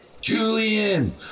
Julian